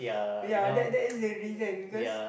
ya that that's the reason because